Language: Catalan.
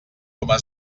coma